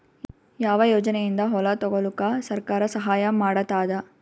ಯಾವ ಯೋಜನೆಯಿಂದ ಹೊಲ ತೊಗೊಲುಕ ಸರ್ಕಾರ ಸಹಾಯ ಮಾಡತಾದ?